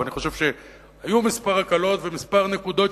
ואני חושב שהיו כמה הקלות וכמה נקודות,